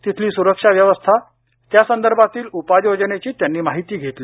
तिथली सुरक्षा व्यवस्था त्यासंदर्भातील उपाययोजनेची त्यांनी माहिती घेतली